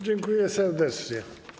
Dziękuję serdecznie.